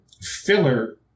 filler